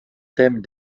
thème